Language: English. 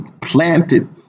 planted